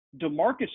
Demarcus